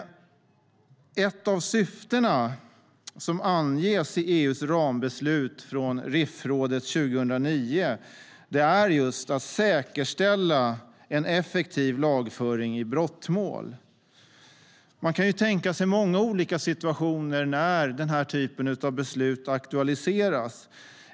Ett av syftena som anges i EU:s rambeslut från RIF-rådet 2009 är att säkerställa en effektiv lagföring i brottmål. Man kan tänka sig många olika situationer när den typen av beslut aktualiseras.